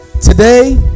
Today